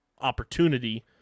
opportunity